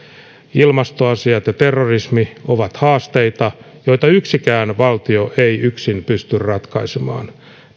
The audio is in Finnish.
ilmastoasiat ja terrorismi ovat haasteita joita yksikään valtio ei yksin pysty ratkaisemaan